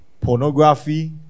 pornography